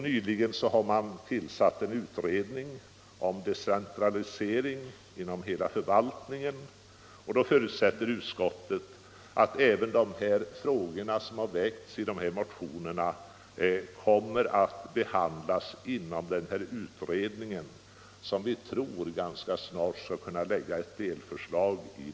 Nyligen har också en utredning om decentralisering inom hela förvaltningen tillsatts. Utskottet förutsätter därför att även de frågor som har väckts i dessa motioner kommer att beaktas inom den utredningen, som vi tror snart skall kunna framlägga ett delförslag.